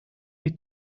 wir